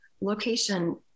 location